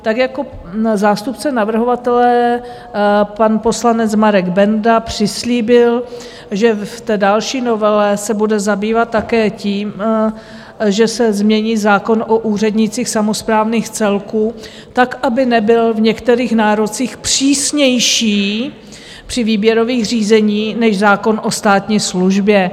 Tak jako zástupce navrhovatele, pan poslanec Marek Benda, přislíbil, že v té další novele se bude zabývat také tím, že se změní zákon o úřednících samosprávných celků tak, aby nebyl v některých nárocích přísnější při výběrových řízení než zákon o státní službě.